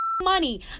money